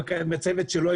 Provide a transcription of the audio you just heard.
עם הצוות שלו,